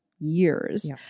Years